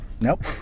Nope